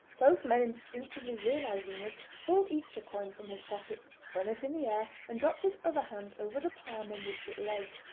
both men instinctively realising this pulled each a coin from his pocket, spun it in the air, and dropped his other hand over the palm on which it lay.